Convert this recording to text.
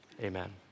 Amen